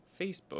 Facebook